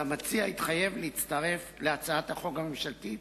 והמציע התחייב להצטרף להצעת החוק הממשלתית,